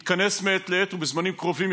יתכנס מעת לעת ובזמנים קרובים יותר,